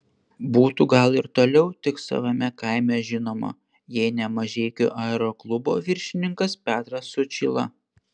būtų gal ir toliau tik savame kaime žinoma jei ne mažeikių aeroklubo viršininkas petras sučyla